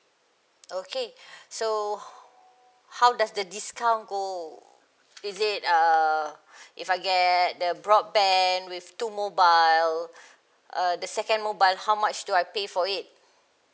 okay so how does the discount go is it err if I get the broadband with two mobile uh the second mobile how much do I pay for it